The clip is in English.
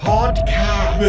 Podcast